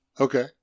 Okay